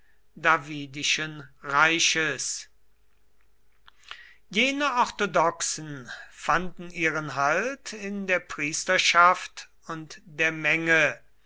davidischen reiches jene orthodoxen fanden ihren halt in der priesterschaft und der menge